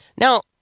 Now